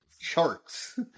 charts